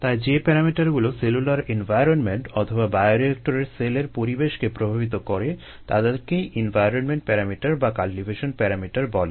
তাই যে প্যারামিটারগুলো সেলুলার এনভায়রনমেন্ট অথবা বায়োরিয়েক্টরের সেলের পরিবেশকে প্রভাবিত করে তাদেরকেই এনভায়রনমেন্ট প্যারামিটার বা কাল্টিভেশন প্যারামিটার বলে